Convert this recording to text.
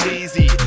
easy